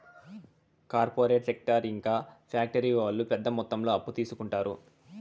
corporate sector ఇంకా factory వాళ్ళు పెద్ద మొత్తంలో అప్పు తీసుకుంటారు